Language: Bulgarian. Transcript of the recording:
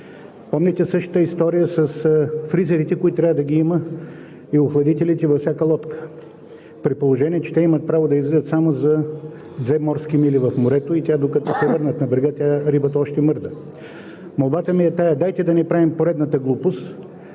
Помните същата история с фризерите, които трябва да има, и охладителите във всяка лодка, при положение че те имат право да излизат само за две морски мили в морето и докато се върнат на брега тя, рибата, още мърда. Молбата ми е: дайте да не правим поредната глупост